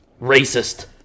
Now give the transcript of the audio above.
racist